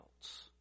else